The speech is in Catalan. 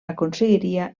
aconseguiria